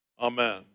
amen